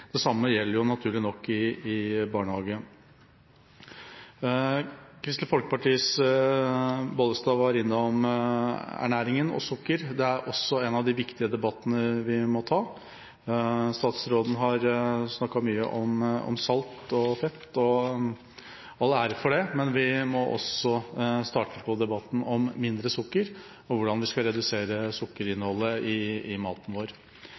Det samme gjelder naturlig nok i barnehagen. Kristelig Folkepartis Bollestad var innom ernæring og sukker. Det er også en av de viktige debattene vi må ta. Statsråden har snakket mye om salt og fett – og all ære til ham for det – men vi må også starte debatten om mindre sukker og hvordan vi skal redusere sukkerinnholdet i maten vår.